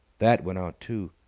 that went out, too.